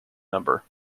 number